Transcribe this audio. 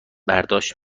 برداشت